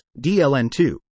DLN2